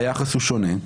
היחס הוא שונה.